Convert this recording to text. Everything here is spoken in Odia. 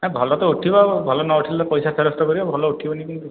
ନା ଭଲ ତ ଉଠିବ ଆଉ ଭଲ ନଉଠିଲେ ଫଇସା ଫେରସ୍ତ କରିବ ଭଲ ଉଠିବନି କାହିଁକି